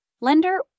lender